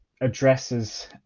addresses